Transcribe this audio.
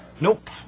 Nope